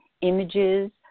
images